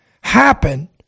happen